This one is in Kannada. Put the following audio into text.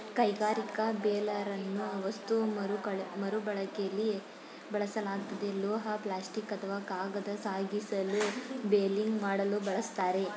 ಕೈಗಾರಿಕಾ ಬೇಲರನ್ನು ವಸ್ತು ಮರುಬಳಕೆಲಿ ಬಳಸಲಾಗ್ತದೆ ಲೋಹ ಪ್ಲಾಸ್ಟಿಕ್ ಅಥವಾ ಕಾಗದ ಸಾಗಿಸಲು ಬೇಲಿಂಗ್ ಮಾಡಲು ಬಳಸ್ತಾರೆ